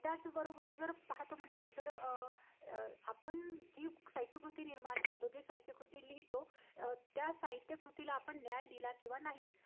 त्याचबरोबर जर पाहतो म्हटलं तर आपण जी साहित्यकृती निर्माण करतो जे साहित्यकृती लिहितो त्या साहित्यकृतीला आपण न्याय दिला किंवा नाही